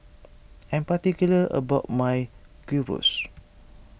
I am particular about my Gyros